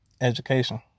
education